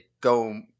go